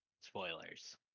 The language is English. Spoilers